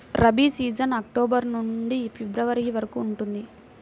rabi season October నుండి February వరకు ఉంటుంది